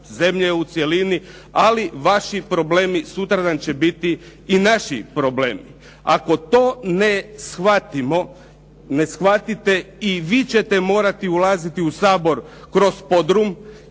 zemlje u cjelini. Ali vaši problemi sutradan će biti i naši problemi. Ako to ne shvatimo, ne shvatite i vi ćete morati ulaziti u Sabor kroz podrum